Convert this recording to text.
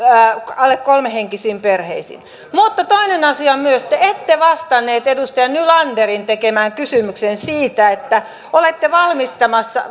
alle kolmehenkisiin perheisiin mutta toinen asia on myös että te ette vastannut edustaja nylanderin tekemään kysymykseen siitä että olette valmistelemassa